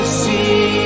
see